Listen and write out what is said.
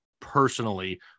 personally